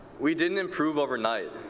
we didn't improve over night,